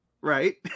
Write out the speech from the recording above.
Right